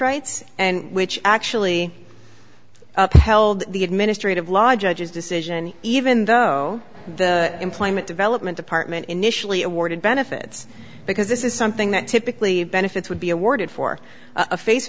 rights and which actually held the administrative law judges decision even though the employment development department initially awarded benefits because this is something that typically benefits would be awarded for a fa